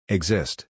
Exist